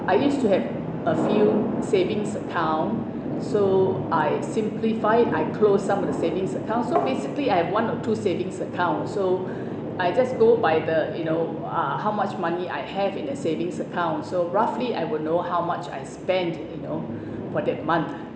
I used to have a few savings account so I simplify it I closed some of the savings account so basically I have one or two savings account so I just go by the you know how much money I have in the savings account so roughly I will know how much I spent you know for that month